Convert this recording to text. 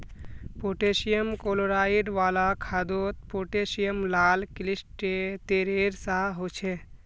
potassium chloride वाला खादोत potassium लाल क्लिस्तेरेर सा होछे